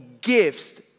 gifts